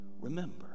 remember